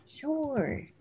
Sure